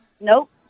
Nope